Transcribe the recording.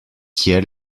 kiel